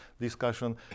discussion